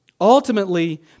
Ultimately